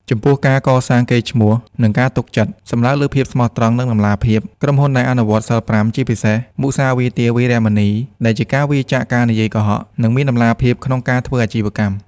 ចំពោះ ការកសាងកេរ្តិ៍ឈ្មោះ និងការទុកចិត្ត សំដៅលើ ភាពស្មោះត្រង់ និងតម្លាភាព: ក្រុមហ៊ុនដែលអនុវត្តសីល៥ ជាពិសេស មុសាវាទា វេរមណី ដែលជាការវៀរចាកការនិយាយកុហក នឹងមានតម្លាភាពក្នុងការធ្វើអាជីវកម្ម។